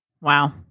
Wow